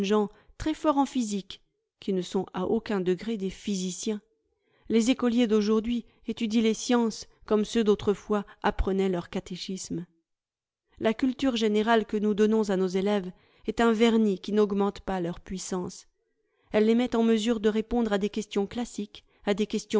très forts en physique qui ne sont à aucun degré des physiciens les écoliers d'aujourd'hui étudient les sciences comme ceux d'autrefois aj prenaient leur catéchisme la culture générale que nous donnons à nos élèves est un vernis qui n'augmente pas leur puissance elle les met en mesure de répondre à des questions classiques à des questions